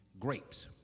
grapes